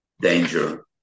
danger